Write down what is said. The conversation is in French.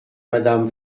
madame